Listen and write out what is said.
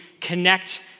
connect